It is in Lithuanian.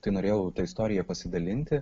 tai norėjau ta istorija pasidalinti